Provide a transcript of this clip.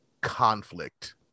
conflict